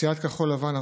סיעת כחול לבן,